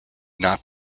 not